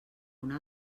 una